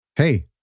Hey